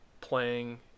playing